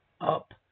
up